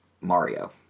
Mario